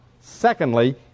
Secondly